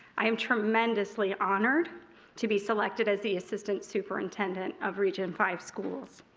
i am tremendously honored to be selected as the assistant superintendent of region five schools.